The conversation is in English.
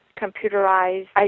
computerized